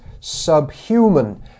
subhuman